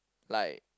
like